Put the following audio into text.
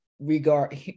regard